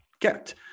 get